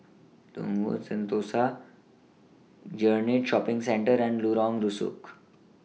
Sentosa Greenridge Shopping Centre and Lorong Rusuk